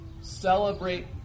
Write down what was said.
Celebrate